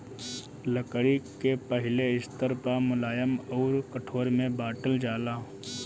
लकड़ी के पहिले स्तर पअ मुलायम अउर कठोर में बांटल जाला